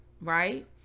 right